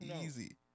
Easy